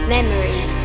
Memories